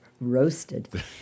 Roasted